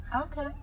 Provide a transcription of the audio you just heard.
Okay